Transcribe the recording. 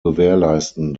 gewährleisten